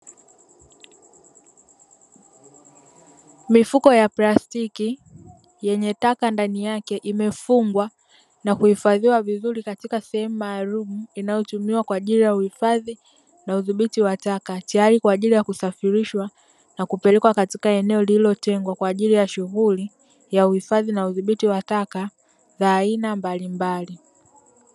Mifuko ya plastiki yenye taka ndani yake imefungwa na kuhifadhiwa vizuri katika sehemu maalumu inayotumiwa kwa ajili ya uhifadhi na udhibiti wa taka, tayari kwa ajili ya kusafirishwa na kupelekwa katika eneo lililotengwa, kwa ajili ya shughuli ya uhifadhi na udhibiti wa taka za aina mbalimbali.